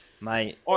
Mate